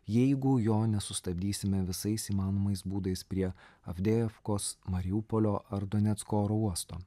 jeigu jo nesustabdysime visais įmanomais būdais prie afdejevkos mariupolio ar donecko oro uosto